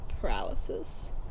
paralysis